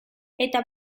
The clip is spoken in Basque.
eta